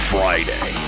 Friday